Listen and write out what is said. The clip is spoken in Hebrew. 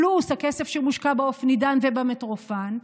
פלוס הכסף שמושקע באופנידן ובמטרופן,